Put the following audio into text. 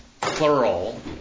plural